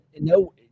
no